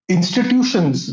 Institutions